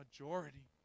majority